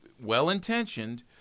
well-intentioned